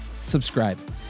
subscribe